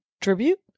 tribute